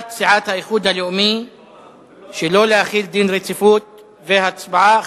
סיעת האיחוד הלאומי שלא להחיל דין רציפות והצבעה.